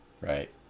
Right